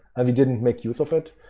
and we didn't make use of it.